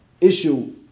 issue